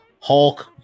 Hulk